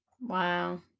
Wow